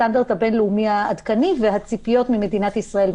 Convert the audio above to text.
הסטנדרט הבין לאומי העדכני והציפיות ממדינת ישראל,